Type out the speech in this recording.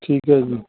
ਠੀਕ ਹੈ ਜੀ